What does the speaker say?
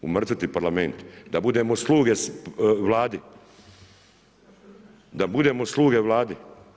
Umrtviti Parlament, da budemo sluge vladi, da budemo sluge vladi.